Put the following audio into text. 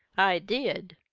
i did.